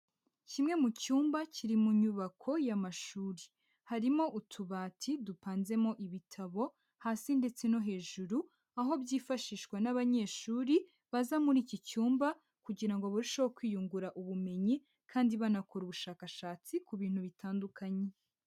Kimwe mu cyumba kiri mu nyubako y'amashuri, harimo utubati dupanzemo ibitabo hasi ndetse no hejuru, aho byifashishwa n'abanyeshuri baza muri iki cyumba kugira ngo barusheho kwiyungura ubumenyi kandi banakora ubushakashatsi ku bintu bitandukanye.